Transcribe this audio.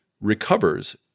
recovers